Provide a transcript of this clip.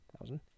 thousand